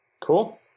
Cool